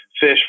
fish